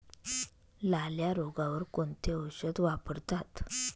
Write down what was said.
लाल्या रोगावर कोणते औषध वापरतात?